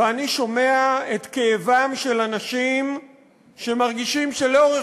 ואני שומע את כאבם של האנשים שמרגישים שלאורך